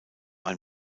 ein